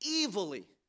evilly